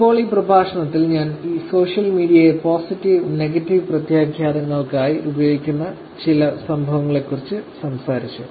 ഇപ്പോൾ ഈ പ്രഭാഷണത്തിൽ ഞാൻ സോഷ്യൽ മീഡിയയെ പോസിറ്റീവ് നെഗറ്റീവ് പ്രത്യാഘാതങ്ങൾക്കായി ഉപയോഗിക്കുന്ന ചില സംഭവങ്ങളെക്കുറിച്ച് സംസാരിച്ചു